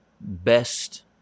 best